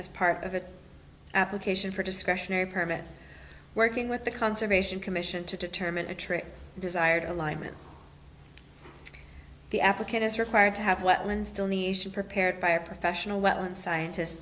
as part of an application for discretionary permit working with the conservation commission to determine a trip desired alignment the applicant is required to have well and still nishan prepared by a professional well and scientists